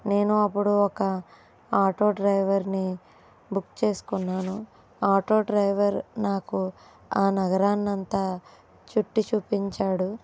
నేను అప్పుడు ఒక ఆటో డ్రైవర్ని బుక్ చేసుకున్నాను ఆటో డ్రైవర్ నాకు ఆ నగరాన్నంతా చుట్టి చూపించాడు